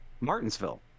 Martinsville